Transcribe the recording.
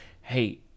Hey